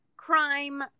Crime